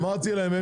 אמרתי להם,